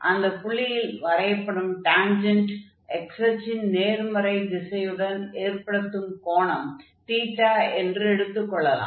அந்தப் புள்ளியில் வரையப்படும் டான்ஜென்ட் x அச்சின் நேர்மறை திசையுடன் ஏற்படுத்தும் கோணம் என்று எடுத்துக் கொள்ளலாம்